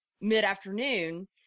mid-afternoon